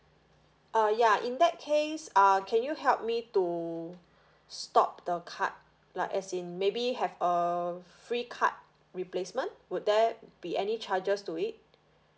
uh ya in that case uh can you help me to stop the card like as in maybe have a free card replacement would there be any charges to it